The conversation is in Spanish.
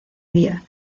día